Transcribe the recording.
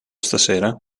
stasera